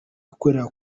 ikorera